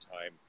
time